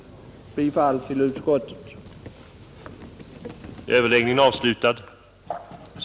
Jag yrkar bifall till utskottets hemställan.